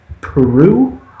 Peru